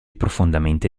profondamente